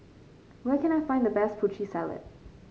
where can I find the best Putri Salad